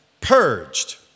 purged